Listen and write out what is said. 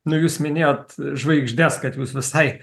nu jūs minėjot žvaigždes kad jūs visai